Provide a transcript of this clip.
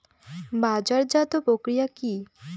বাজারজাতও প্রক্রিয়া কি?